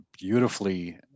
beautifully